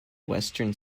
western